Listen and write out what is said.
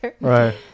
Right